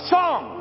song